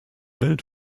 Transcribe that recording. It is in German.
welt